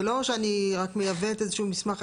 זה לא שאני רק מייבאת איזה שהוא מסמך.